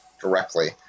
directly